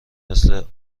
مثل